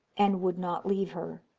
and would not leave her.